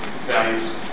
values